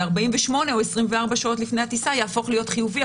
ו-48 או 24 שעות לפני הטיסה יהפוך להיות חיובי,